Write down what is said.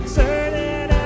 certain